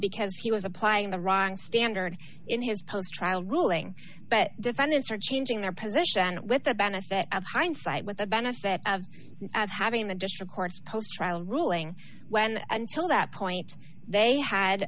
because he was applying the wrong standard in his post trial ruling but defendants are changing their position with the benefit of hindsight with the benefit of having the district court's ruling when until that point they